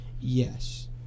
Yes